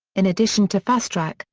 in addition to fastrak,